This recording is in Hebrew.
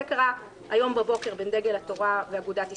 זה קרה היום בבוקר בין דגל התורה ואגודת ישראל,